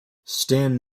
stan